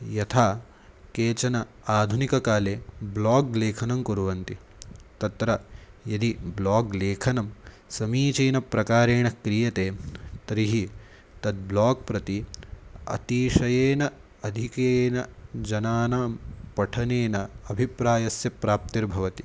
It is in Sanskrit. यथा केचन आधुनिककाले ब्लाग् लेखनं कुर्वन्ति तत्र यदि ब्लाग् लेखनं समीचीनप्रकारेण क्रियते तर्हि तद् ब्लाग् प्रति अतिशयेन आधिक्येन जनानां पठनेन अभिप्रायस्य प्राप्तिर्भवति